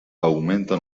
augmenta